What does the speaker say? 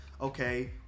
okay